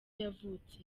yavutse